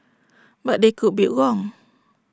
but they could be wrong